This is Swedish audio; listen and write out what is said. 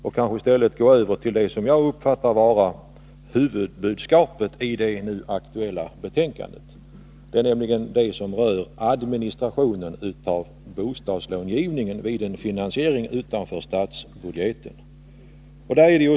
Jag skall i stället gå över till det som jag uppfattar vara huvudbudskapet i det nu aktuella betänkandet, nämligen det som rör administrationen av bostadslångivningen vid en finansiering utanför statsbudgeten.